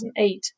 2008